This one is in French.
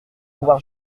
pouvoir